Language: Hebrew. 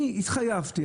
אני התחייבתי,